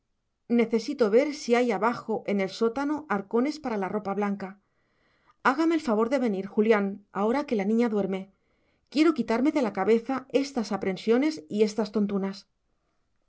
necesito ver si hay abajo en el sótano arcones para la ropa blanca hágame el favor de venir julián ahora que la niña duerme quiero quitarme de la cabeza estas aprensiones y estas tontunas